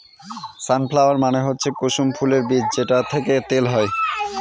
সান flower মানে হচ্ছে কুসুম ফুলের বীজ যেটা থেকে তেল হয়